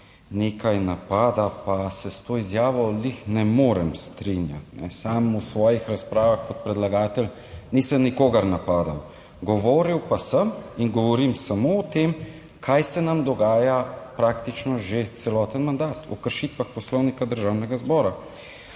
nekaj napada, pa se s to izjavo »glih« ne morem strinjati. Sam v svojih razpravah kot predlagatelj nisem nikogar napadel, govoril pa sem in govorim samo o tem, kaj se nam dogaja praktično že celoten mandat o kršitvah Poslovnika Državnega zbora.